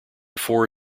four